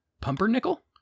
Pumpernickel